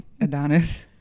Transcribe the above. Adonis